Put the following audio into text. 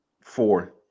Four